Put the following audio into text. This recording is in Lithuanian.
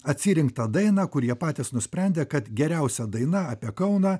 atsirinktą dainą kur jie patys nusprendė kad geriausia daina apie kauną